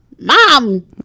Mom